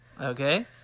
Okay